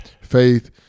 faith